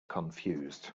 confused